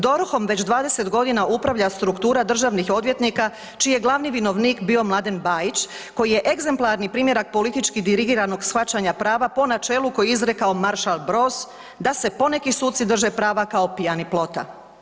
DORH-om već 20 godina upravlja struktura državnih odvjetnika čiji je glavni vinovnik bio Mladen Bajić koji je egzemplarni primjerak politički dirigiranog shvaćanja prava po načelu koji je izrekao maršal Broz da se poneki suci drže prava kao pijani plota.